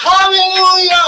Hallelujah